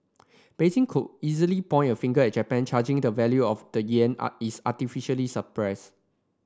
Beijing could easily point a finger at Japan charging the value of the yen is artificially suppressed